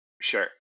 Sure